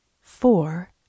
four